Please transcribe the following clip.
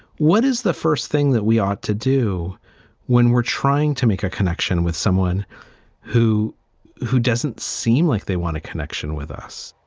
what is the first thing that we ought to do when we're trying to make a connection with someone who who doesn't seem like they want a connection with us?